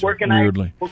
weirdly